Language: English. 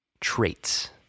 traits